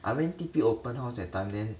I mean T_P open house at tanglin